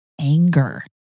anger